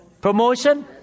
Promotion